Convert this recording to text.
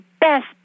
best